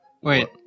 Wait